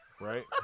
right